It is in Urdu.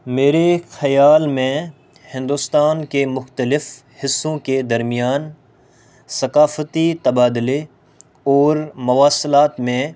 میرے خیال میں ہندوستان کے مختلف حصوں کے درمیان ثقافتی تبادلے اور مواصلات میں